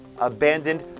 abandoned